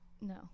no